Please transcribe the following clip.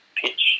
pitch